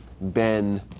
ben